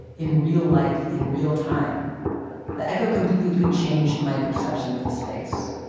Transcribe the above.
in real life, in real-time. the echo completely changed my perception of the space.